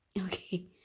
Okay